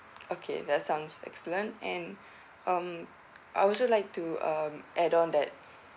okay that sounds excellent and um I also like to um add on that